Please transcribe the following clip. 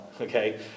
okay